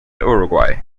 uruguay